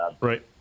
Right